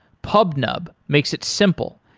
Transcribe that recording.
pubnub makes it simple,